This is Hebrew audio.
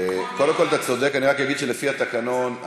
נכון מאוד, נכון מאוד.